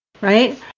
right